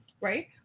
right